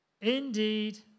Indeed